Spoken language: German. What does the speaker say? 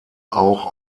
auch